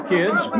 Kids